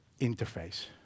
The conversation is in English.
interface